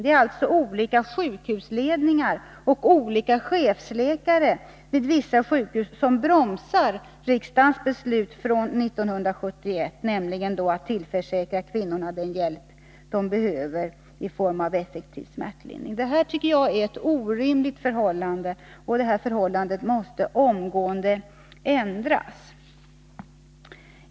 Det är alltså olika sjukhusledningar och olika chefsläkare vid vissa sjukhus som bromsar riksdagens beslut från 1971, nämligen att tillförsäkra kvinnorna den hjälp de behöver i form av effektiv smärtlindring. Det är ett orimligt förhållande, och det måste omedelbart ändras!